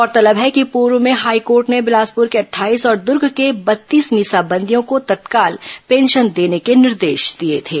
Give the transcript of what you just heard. गौरतलब है कि पूर्व में हाईकोर्ट ने बिलासपुर के अट्ठाईस और दुर्ग के बत्तीस मीसाबंदियों को तत्काल पेंशन देने के निर्देश दिए थे